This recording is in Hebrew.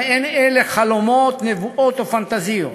גם אין אלה חלומות, נבואות או פנטזיות.